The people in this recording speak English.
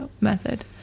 method